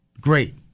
Great